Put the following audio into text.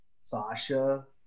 Sasha